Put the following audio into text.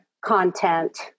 content